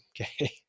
Okay